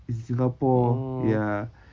in singapore ya